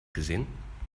gesehen